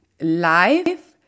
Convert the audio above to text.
life